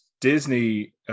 Disney